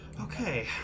Okay